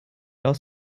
aus